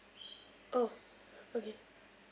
oh okay